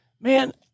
man